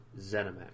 Zenimax